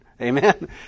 Amen